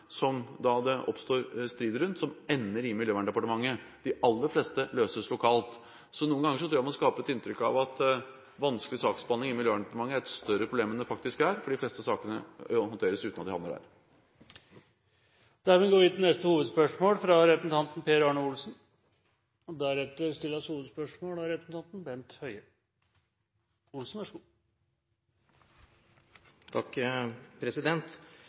som det oppstår strid rundt, som ender i Miljøverndepartementet. De aller fleste løses lokalt. Så noen ganger tror jeg man skaper et inntrykk av at vanskelig saksbehandling i Miljøverndepartementet er et større problem enn det faktisk er, for de fleste sakene håndteres uten at de havner der. Dermed går vi til neste hovedspørsmål – fra representanten Per Arne Olsen.